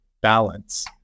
balance